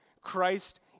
Christ